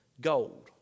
gold